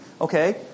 Okay